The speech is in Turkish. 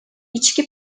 i̇çki